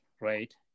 right